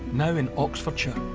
now in oxfordshire.